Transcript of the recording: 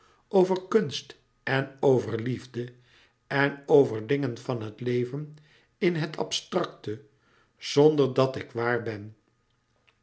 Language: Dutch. over kunst en over liefde en over dingen van het leven in het abstracte zonderdat ik waar ben